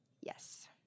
yes